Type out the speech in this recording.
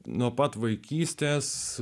nuo pat vaikystės